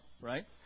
Right